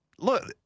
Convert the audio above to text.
Look